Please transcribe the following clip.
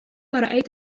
رأيت